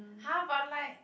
!huh! but like